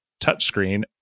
touchscreen